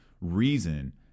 reason